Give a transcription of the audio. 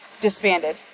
disbanded